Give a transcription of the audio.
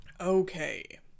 Okay